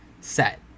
set